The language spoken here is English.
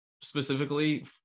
specifically